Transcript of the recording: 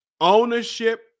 ownership